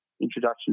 introduction